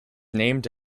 named